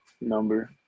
number